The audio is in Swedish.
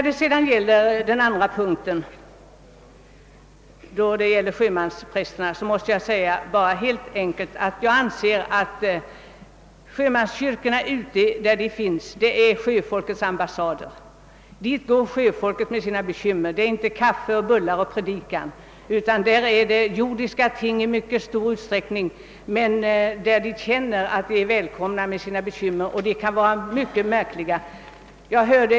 Beträffande den andra punkten, sjömansprästerna, vill jag helt enkelt säga att jag anser att sjömanskyrkorna där ute är sjöfolkets ambassader. Dit går sjöfolket med sina bekymmer. Det är inte kaffe, bullar och predikan, utan det är jordiska ting i mycket stor utsträckning. Sjömännen känner att de är välkomna med sina bekymmer. Och det kan vara mycket märkliga saker som de kan ha på hjärtat.